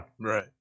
right